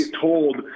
told